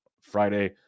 Friday